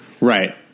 Right